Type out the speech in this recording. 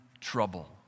trouble